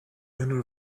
owner